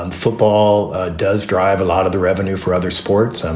and football does drive a lot of the revenue for other sports. um